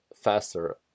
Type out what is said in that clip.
faster